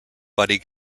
buddy